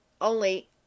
Only